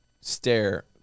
stare